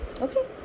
Okay